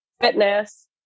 Fitness